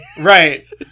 Right